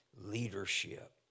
leadership